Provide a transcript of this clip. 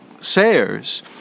Sayers